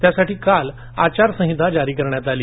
त्यासाठी काल आचारसंहिता जारी करण्यात आली